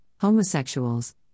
homosexuals